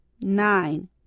nine